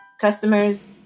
customers